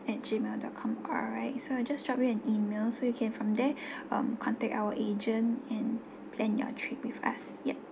at gmail dot com alright so I just drop you an email so you can from there um contact our agent and plan your trip with us yup